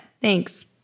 thanks